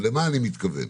ולמה אני מתכוון?